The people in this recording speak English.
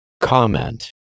Comment